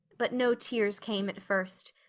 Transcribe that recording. but no tears came at first,